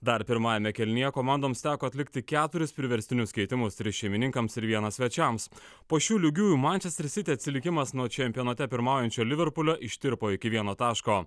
dar pirmajame kėlinyje komandoms teko atlikti keturis priverstinius keitimus tris šeimininkams ir vieną svečiams po šių lygiųjų mančester siti atsilikimas nuo čempionate pirmaujančio liverpulio ištirpo iki vieno taško